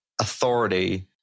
authority